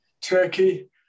Turkey